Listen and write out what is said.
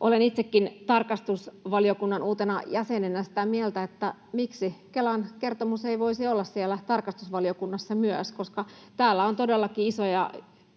olen itsekin tarkastusvaliokunnan uutena jäsenenä sitä mieltä, että miksi Kelan kertomus ei voisi olla siellä tarkastusvaliokunnassa myös, koska täällä on todellakin isoja